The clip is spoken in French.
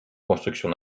construction